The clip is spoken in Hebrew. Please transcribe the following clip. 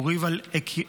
הוא ריב על עקרונות.